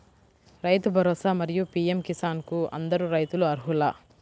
రైతు భరోసా, మరియు పీ.ఎం కిసాన్ కు అందరు రైతులు అర్హులా?